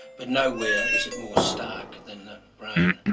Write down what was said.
but nowhere is it more stark than the brain.